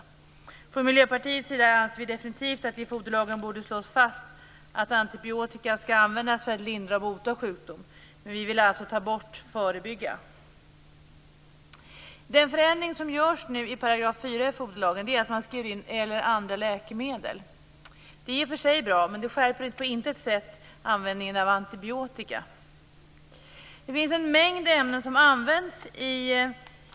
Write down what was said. Vi från Miljöpartiet anser definitivt att det i foderlagen borde slås fast att antibiotika skall användas för att lindra eller bota sjukdomar, men vi vill alltså att ordet "förebygga" skall tas bort. Den förändring som nu görs i 4 § foderlagen är att det skrivs in "eller andra läkemedel". Det är i och för sig bra, men det förhindrar inte på något sätt användningen av antibiotika.